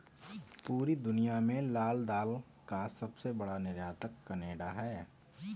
पूरी दुनिया में लाल दाल का सबसे बड़ा निर्यातक केनेडा है